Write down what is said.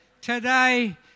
today